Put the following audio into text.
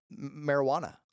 marijuana